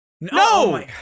No